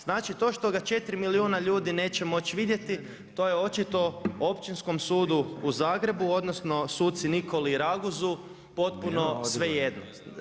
Znači, to što ga 4 milijuna ljudi neće moći vidjeti to je očito Općinskom sudu u Zagrebu odnosno sucu Nikoli Raguzu potpuno svejedno.